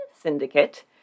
Syndicate